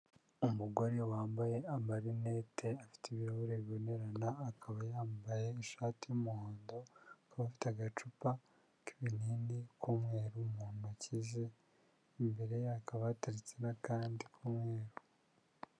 Umugore wambaye amarinete afite ibirahure bibonerana, akaba yambaye ishati y'umuhondo, akaba afite agacupa k'ibinini k'umweru mu ntoki ze, imbere ye hakaba hateretse n'akandi k'umweru.